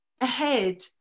ahead